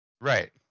Right